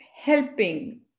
helping